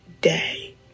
day